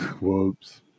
Whoops